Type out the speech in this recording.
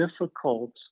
difficult